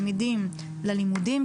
אבל קודם כל להחזיר את התלמידים ללימודים,